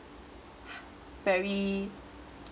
very